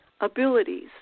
abilities